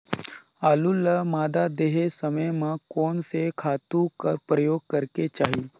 आलू ल मादा देहे समय म कोन से खातु कर प्रयोग करेके चाही?